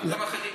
דיברו גם אחרים.